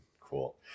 Cool